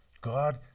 God